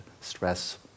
stress